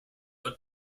but